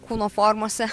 kūno formose